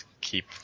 keep